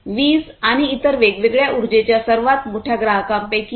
वीज आणि इतर वेगळ्या उर्जेच्या सर्वात मोठ्या ग्राहकांपैकी एक